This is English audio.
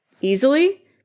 easily